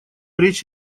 речь